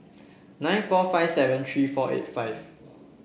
nine four five seven three four eight five